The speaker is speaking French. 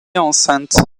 enceinte